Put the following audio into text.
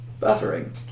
Buffering